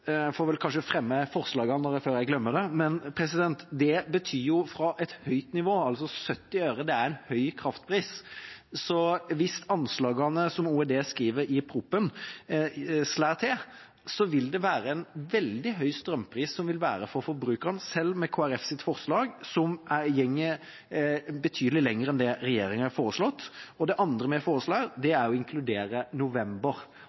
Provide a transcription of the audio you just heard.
Jeg får kanskje fremme Kristelig Folkepartis forslag nå, før jeg glemmer det. 70 øre er en høy kraftpris, så hvis anslagene som OED skriver om i proposisjonen, slår til, vil det være en veldig høy strømpris for forbrukerne, selv med Kristelig Folkepartis forslag, som går betydelig lenger enn det regjeringa har foreslått. Det andre vi foreslår, er å inkludere november. Det overrasker meg at regjeringa og SV valgte å ikke inkludere november,